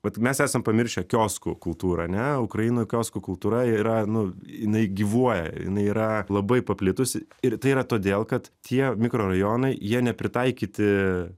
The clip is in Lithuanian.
vat mes esam pamiršę kioskų kultūrą ane ukrainoj kioskų kultūra yra nu jinai gyvuoja jinai yra labai paplitusi ir tai yra todėl kad tie mikrorajonai jie nepritaikyti